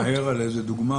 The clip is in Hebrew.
את יכולה לתת דוגמה?